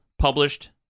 published